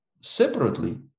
separately